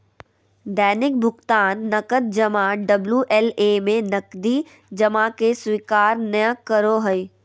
दैनिक भुकतान नकद जमा डबल्यू.एल.ए में नकदी जमा के स्वीकार नय करो हइ